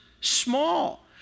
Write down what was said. small